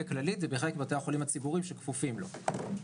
בכללית ובחלק מבתי החולים הציבוריים שכפופים לו.